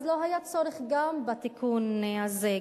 לא היה צורך גם בתיקון הזה,